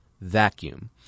vacuum